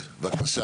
כן, בבקשה.